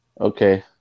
Okay